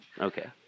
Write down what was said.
Okay